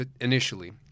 initially